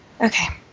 Okay